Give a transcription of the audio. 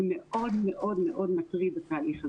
זה מאוד מטריד התהליך הזה.